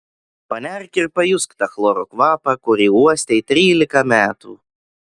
panerk ir pajusk tą chloro kvapą kurį uostei trylika metų